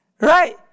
Right